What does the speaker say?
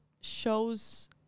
shows